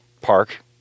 park